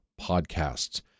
podcasts